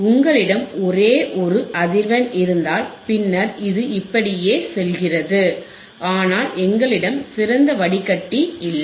உங்களிடம் ஒரே ஒரு அதிர்வெண் இருந்தால் பின்னர் இது இப்படியே செல்கிறது ஆனால் எங்களிடம் சிறந்த வடிகட்டி இல்லை